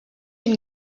une